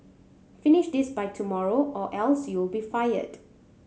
finish this by tomorrow or else you'll be fired